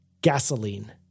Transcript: gasoline